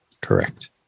Correct